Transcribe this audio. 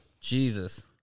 Jesus